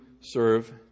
serve